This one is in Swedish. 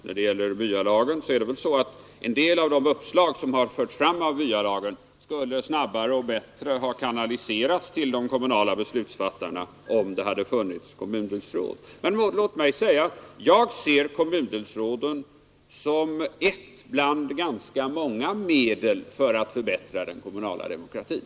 När det gäller byalagen är det väl så att en del av de uppslag 7 mars 1973 som förts fram av byalagen skulle snabbare och bättre ha kanaliserats till — de kommunala beslutsfattarna om det hade funnits kommundelsråd. Jag ser kommundelsråden som ett bland ganska många medel för att förbättra den kommunala demokratin.